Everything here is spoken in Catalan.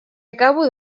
acabo